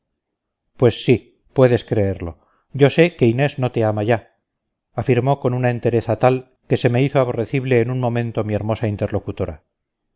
pues sí puedes creerlo yo sé que inés no te ama ya afirmó con una entereza tal que se me hizo aborrecible en un momento mi hermosa interlocutora